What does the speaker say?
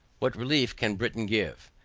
what relief can britain give?